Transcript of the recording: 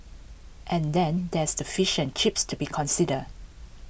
and then there's the fashion chips to be considered